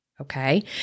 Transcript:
Okay